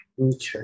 Okay